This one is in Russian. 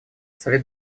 совет